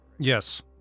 Yes